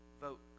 vote